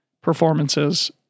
performances